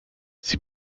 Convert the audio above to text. sie